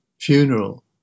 funeral